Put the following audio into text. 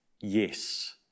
Yes